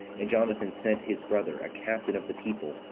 and jonathan sent his brother, a captain of the people,